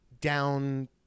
down